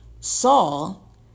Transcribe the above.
Saul